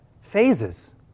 Phases